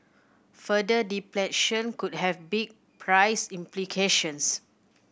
further depletion could have big price implications